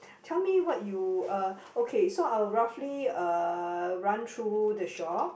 tell me what you uh okay so I will roughly uh run through the shop